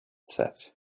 set